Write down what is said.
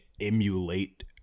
emulate